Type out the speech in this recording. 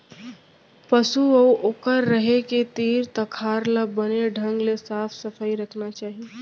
पसु अउ ओकर रहें के तीर तखार ल बने ढंग ले साफ सफई रखना चाही